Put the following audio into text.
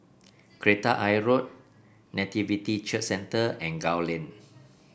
Kreta Ayer Road Nativity Church Centre and Gul Lane